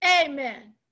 Amen